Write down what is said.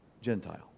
Gentile